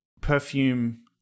Perfume